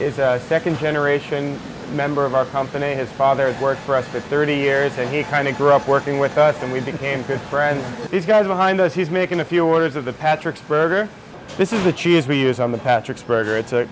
me second generation member of our company his father worked for us for thirty years and he kind of grew up working with us and we became good friends these guys behind us he's making a few orders of the patrick's burger this is the cheese we use on the patrick's burger it's